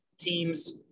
teams